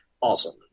awesome